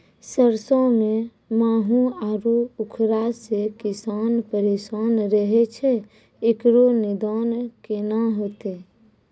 सरसों मे माहू आरु उखरा से किसान परेशान रहैय छैय, इकरो निदान केना होते?